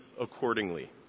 accordingly